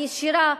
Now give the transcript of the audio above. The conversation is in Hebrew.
הישירה,